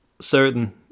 certain